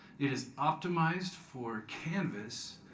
it is optimized for canvas,